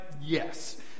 Yes